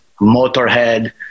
Motorhead